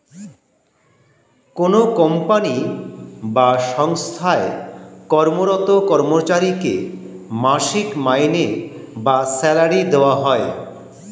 কোনো কোম্পানি বা সঙ্গস্থায় কর্মরত কর্মচারীকে মাসিক মাইনে বা স্যালারি দেওয়া হয়